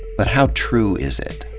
but how true is it?